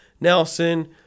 Nelson